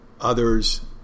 Others